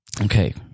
Okay